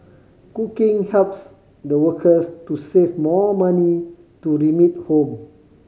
cooking helps the workers to save more money to remit home